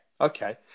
okay